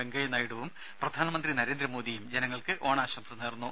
വെങ്കയ്യ നായിഡുവും പ്രധാനമന്ത്രി നരേന്ദ്രമോദിയും ജനങ്ങൾക്ക് ഓണാശംസ നേർന്നു